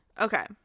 Okay